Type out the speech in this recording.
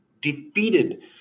defeated